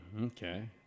okay